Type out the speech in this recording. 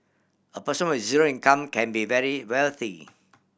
a person with zero income can be very wealthy